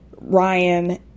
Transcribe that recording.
Ryan